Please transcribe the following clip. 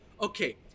okay